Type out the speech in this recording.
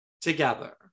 together